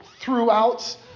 throughout